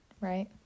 Right